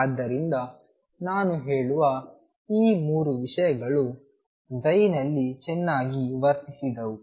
ಆದ್ದರಿಂದ ನಾನು ಹೇಳುವ ಈ 3 ವಿಷಯಗಳು ನಲ್ಲಿ ಚೆನ್ನಾಗಿ ವರ್ತಿಸಿದವು